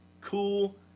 Cool